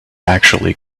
actually